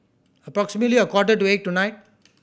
approximately a quarter to eight tonight